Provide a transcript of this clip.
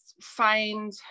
find